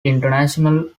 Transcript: international